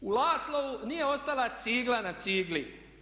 U Laslovu nije ostala cigla na cigli.